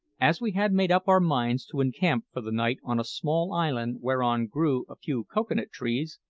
as we had made up our minds to encamp for the night on a small island whereon grew a few cocoa-nut trees,